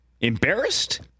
Embarrassed